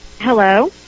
Hello